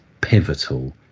pivotal